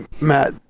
matt